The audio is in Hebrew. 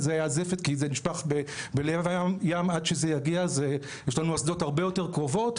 וזאת הייתה זפת כי זה נשפך בלב הים; יש לנו אסדות הרבה יותר קרובות,